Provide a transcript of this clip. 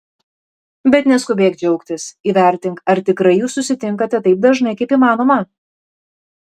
bet neskubėk džiaugtis įvertink ar tikrai jūs susitinkate taip dažnai kaip įmanoma